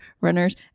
runners